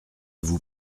vous